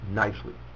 nicely